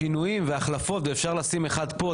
השינויים וההחלפות ואפשר לשים אחד פה,